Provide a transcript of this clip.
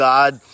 God